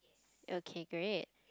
okay great